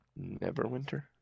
Neverwinter